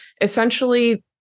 essentially